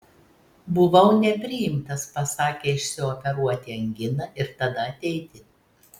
buvau nepriimtas pasakė išsioperuoti anginą ir tada ateiti